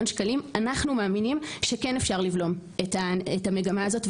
שקלים - אנחנו מאמינים שכן אפשר לבלום את המגמה הזאת,